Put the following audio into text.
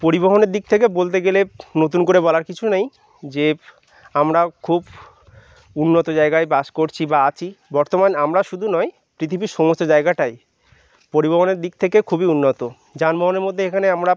পরিবহনের দিক থেকে বলতে গেলে নতুন করে বলার কিছু নেই যে আমরাও ও খুব উন্নত জায়গায় বাস করছি বা আছি বর্তমান আমরা শুধু নয় পৃথিবীর সমস্ত জায়গাটাই পরিবহনের দিক থেকে খুবই উন্নত যানবাহনের মধ্যে এখানে আমরা